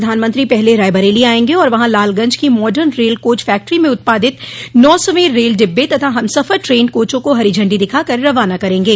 प्रधानमंत्री पहले रायबरेली आयेंगे और वहां लालगंज की मॉडर्न रेल कोच फैक्ट्री में उत्पादित नौसवें रेल डिब्बे तथा हमसफर ट्रेन कोचों को हरी झंडी दिखा कर रवाना करेंगे